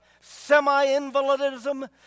semi-invalidism